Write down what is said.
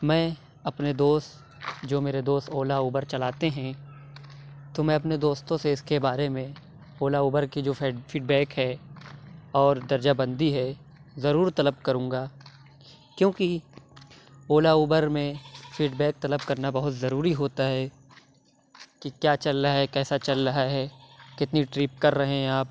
میں اپنے دوست جو میرے دوست اولا اوبر چلاتے ہیں تو میں اپنے دوستوں سے اس کے بارے میں اولا اوبر کی جو فیڈ فیڈ بیک ہے اور درجہ بندی ہے ضرور طلب کروں گا کیوں کی اولا اوبر میں فیڈ بیک طلب کرنا بہت ضروری ہوتا ہے کہ کیا چل رہا ہے کیسا چل رہا ہے کتنی ٹرپ کر رہے ہیں آپ